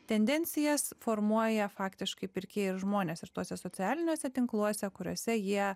tendencijas formuoja faktiškai pirkėjai ir žmonės ir tuose socialiniuose tinkluose kuriose jie